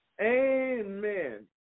Amen